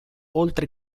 oltre